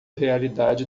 realidade